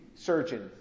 surgeon